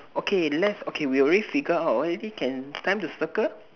okay let's okay we already figure out already can time to circle